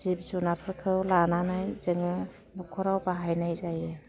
जिब जुनारफोरखौ लानानै जोङो नखराव बाहायनाय जायो